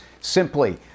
Simply